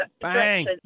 Bang